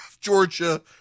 Georgia